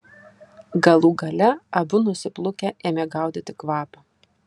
galų gale abu nusiplūkę ėmė gaudyti kvapą